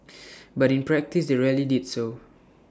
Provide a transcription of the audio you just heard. but in practice they rarely did so